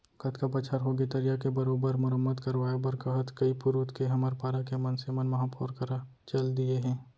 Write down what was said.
कतका बछर होगे तरिया के बरोबर मरम्मत करवाय बर कहत कई पुरूत के हमर पारा के मनसे मन महापौर करा चल दिये हें